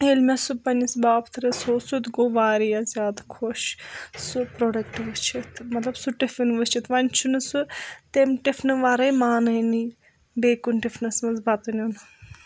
ییٚلہِ مےٚ سُہ پَننِس بابتھٕرَس ہو سُہ تہِ گوٚو واریاہ زیادٕ خۄش سُہ پروڈَکٹہٕ وُچھِتھ مطلب سُہ ٹِفِن وٕچھِتھ وۄنۍ چھُنہٕ سُہ تمہِ ٹِفنہٕ وَرٲے مانٲنی بیٚیہِ کُنہِ ٹِفنَس منٛز بَتہٕ نیُن